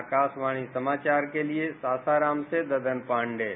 आकाशवाणी समाचार के लिए सासाराम से ददनजी पांडेय